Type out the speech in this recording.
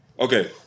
okay